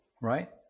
right